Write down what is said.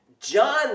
John